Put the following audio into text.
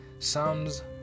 Psalms